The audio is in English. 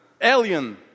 alien